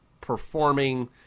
performing